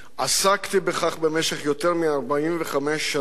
עסקתי בכך במשך יותר מ-45 שנה,